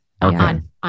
on